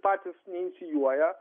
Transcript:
patys neinicijuoja